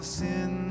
sin